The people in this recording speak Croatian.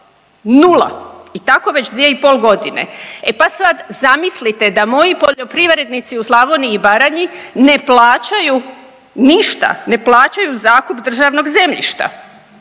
nula i tako već dvije i pol godine. E pa sad zamislite da moji poljoprivrednici u Slavoniji i Baranji ne plaćaju ništa, ne plaćaju zakup državnog zemljišta,